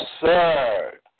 sir